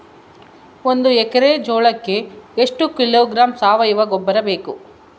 ಒಂದು ಎಕ್ಕರೆ ಜೋಳಕ್ಕೆ ಎಷ್ಟು ಕಿಲೋಗ್ರಾಂ ಸಾವಯುವ ಗೊಬ್ಬರ ಬೇಕು?